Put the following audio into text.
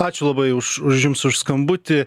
ačiū labai už už jums už skambutį